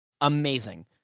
amazing